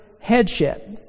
headship